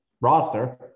roster